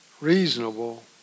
reasonable